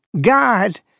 God